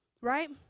Right